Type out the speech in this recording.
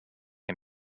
him